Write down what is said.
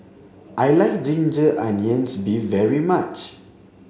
I like ginger onions beef very much